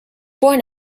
born